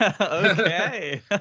Okay